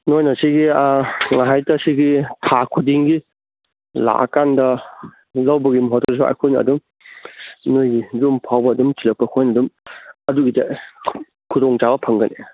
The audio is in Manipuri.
ꯅꯣꯏꯅ ꯁꯤꯒꯤ ꯉꯍꯥꯏꯇ ꯁꯤꯒꯤ ꯊꯥ ꯈꯨꯗꯤꯡꯒꯤ ꯂꯥꯛꯑꯀꯥꯟꯗ ꯂꯧꯕꯒꯤ ꯃꯍꯨꯠꯇꯁꯨ ꯑꯩꯈꯣꯏꯅ ꯑꯗꯨꯝ ꯅꯣꯏꯒꯤ ꯌꯨꯝ ꯐꯥꯎꯕ ꯑꯗꯨꯝ ꯊꯤꯜꯂꯛꯄ ꯑꯩꯈꯣꯏꯅ ꯑꯗꯨꯝ ꯑꯗꯨꯒꯤꯗꯤ ꯈꯨꯗꯣꯡꯆꯥꯕ ꯐꯪꯒꯅꯤ